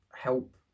help